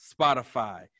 Spotify